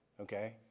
okay